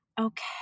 Okay